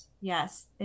Yes